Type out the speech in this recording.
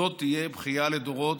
זאת תהיה בכייה לדורות,